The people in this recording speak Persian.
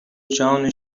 جان